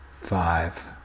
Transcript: Five